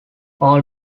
all